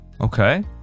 okay